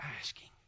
asking